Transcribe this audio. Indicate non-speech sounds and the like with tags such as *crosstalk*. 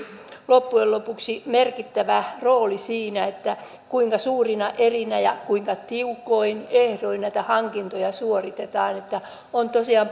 loppujen lopuksi merkittävä rooli siinä kuinka suurina erinä ja kuinka tiukoin ehdoin näitä hankintoja suoritetaan on tosiaan *unintelligible*